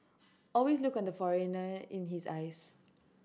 always look at the foreigner in his eyes